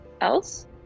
else